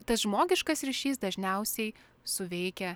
tas žmogiškas ryšys dažniausiai suveikia